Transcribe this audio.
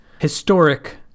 historic